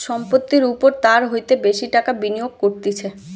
সম্পত্তির ওপর তার হইতে বেশি টাকা বিনিয়োগ করতিছে